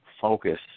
focus